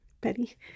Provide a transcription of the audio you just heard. Betty